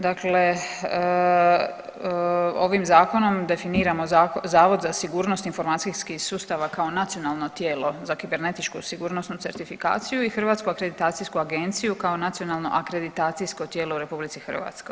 Dakle, ovim zakonom definiramo Zavod za sigurnost informacijskih sustava kao nacionalno tijelo za kibernetičku sigurnosnu certifikaciju i Hrvatsku akreditacijsku agenciju kao nacionalno akreditacijsko tijelo u RH.